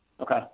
Okay